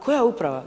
Koja uprava?